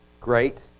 great